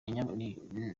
nyamweru